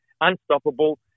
unstoppable